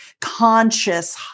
conscious